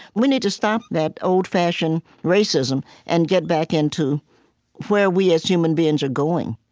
we need to stop that old-fashioned racism and get back into where we, as human beings, are going.